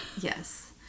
Yes